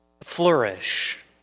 flourish